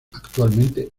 actualmente